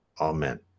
amen